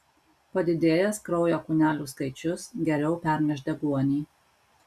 padidėjęs kraujo kūnelių skaičius geriau perneš deguonį